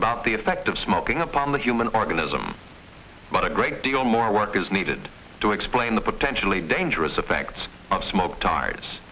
about the effect of smoking upon the human organism but a great deal more work is needed to explain the potentially dangerous effects of smoke